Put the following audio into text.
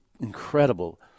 incredible